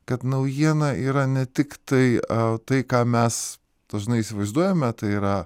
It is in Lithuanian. kad naujiena yra ne tik tai a tai ką mes dažnai įsivaizduojame tai yra